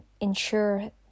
ensure